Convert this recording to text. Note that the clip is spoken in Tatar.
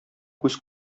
күз